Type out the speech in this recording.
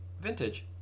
vintage